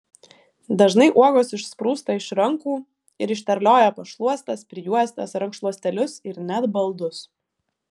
dažnai uogos išsprūsta iš rankų ir išterlioja pašluostes prijuostes rankšluostėlius ir net baldus